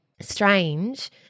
strange